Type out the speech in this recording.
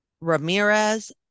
Ramirez